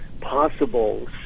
possible